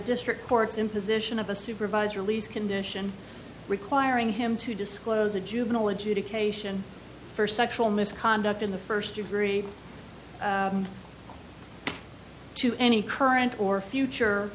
district court's imposition of a supervisor lee's condition requiring him to disclose a juvenile adjudication for sexual misconduct in the first degree to any current or future